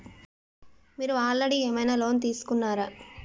మీరు ఆల్రెడీ ఏమైనా లోన్ తీసుకున్నారా?